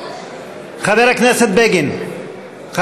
חבר הכנסת בגין,